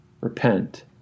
repent